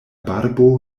barbo